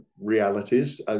realities